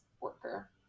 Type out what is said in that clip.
worker